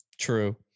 True